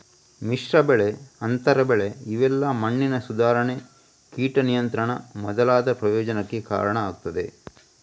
ಮಿಶ್ರ ಬೆಳೆ, ಅಂತರ ಬೆಳೆ ಇವೆಲ್ಲಾ ಮಣ್ಣಿನ ಸುಧಾರಣೆ, ಕೀಟ ನಿಯಂತ್ರಣ ಮೊದಲಾದ ಪ್ರಯೋಜನಕ್ಕೆ ಕಾರಣ ಆಗ್ತದೆ